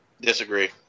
Disagree